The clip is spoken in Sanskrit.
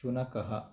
शुनकः